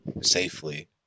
safely